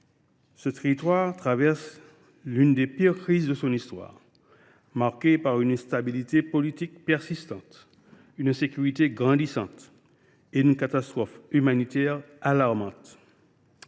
des Caraïbes traverse l’une des pires crises de son histoire, marquée par une instabilité politique persistante, par une insécurité grandissante et par une catastrophe humanitaire alarmante.